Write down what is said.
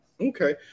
Okay